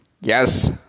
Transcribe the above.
Yes –